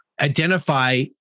identify